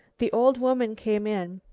the old woman came in.